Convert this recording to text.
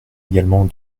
également